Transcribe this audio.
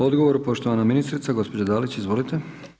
Odgovor poštovana ministrica gospođa Dalić, izvolite.